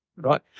right